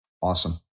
Awesome